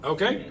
Okay